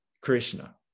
Krishna